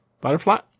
Butterfly